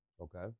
Okay